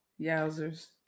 Yowzers